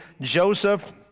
Joseph